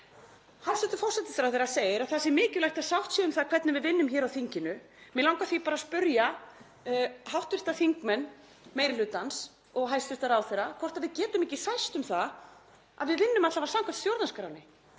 Hæstv. forsætisráðherra segir að það sé mikilvægt að sátt sé um það hvernig við vinnum hér á þinginu. Mig langar því bara að spyrja hv. þingmenn meiri hlutans og hæstv. ráðherra hvort við getum ekki sæst á það að við vinnum alla vega samkvæmt stjórnarskránni.